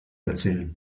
erzählen